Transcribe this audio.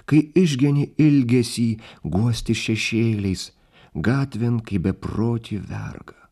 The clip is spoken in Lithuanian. kai išgeni ilgesį guosti šešėliais gatvėn kaip beprotį vergą